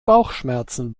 bauchschmerzen